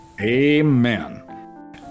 Amen